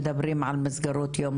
מדברים על מסגרות יום